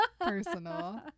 personal